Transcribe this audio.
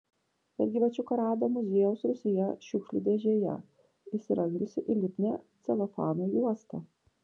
bet gyvačiuką rado muziejaus rūsyje šiukšlių dėžėje įsirangiusį į lipnią celofano juostą